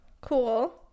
cool